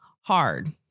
hard